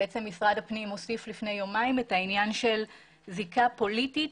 משרד הפנים הוסיף לפני יומיים את העניין של זיקה פוליטית,